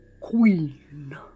Queen